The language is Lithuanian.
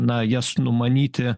na jas numanyti